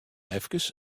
efkes